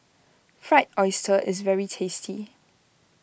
Fried Oyster is very tasty